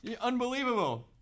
Unbelievable